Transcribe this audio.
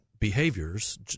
behaviors